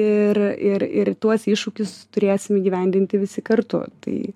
ir ir ir tuos iššūkius turėsim įgyvendinti visi kartu tai